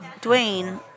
Dwayne